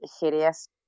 hideous